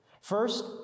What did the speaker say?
First